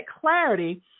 clarity